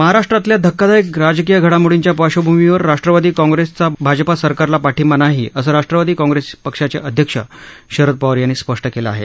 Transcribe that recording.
महाराष्ट्रातल्या धक्कादायक राजकीय घडामोडींच्या पार्श्वभूमीवर राष्ट्रवादी काँग्रेसचा भाजपा सरकारला पाठिंबा नाही असं राष्ट्रवादी काँग्रेस पक्षाचे अध्यक्ष शरद पवार यांनी स्पष्ट केलं आहे